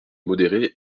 modéré